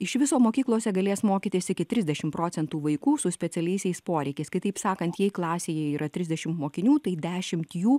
iš viso mokyklose galės mokytis iki trisdešim procentų vaikų su specialiaisiais poreikiais kitaip sakant jei klasėje yra trisdešim mokinių tai dešimt jų